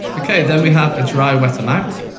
okay, then we have a dry wet amount. so,